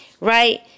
right